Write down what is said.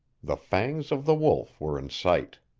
the fangs of the wolf were in sight.